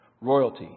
Royalty